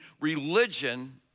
religion